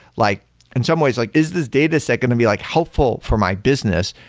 like in some ways like is this dataset going to be like helpful for my business?